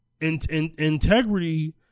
integrity